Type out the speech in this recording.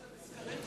השתמשת בסקרים קודם?